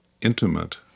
intimate